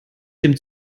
dem